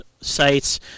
sites